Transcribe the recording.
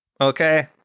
Okay